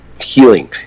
healing